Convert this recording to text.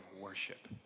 worship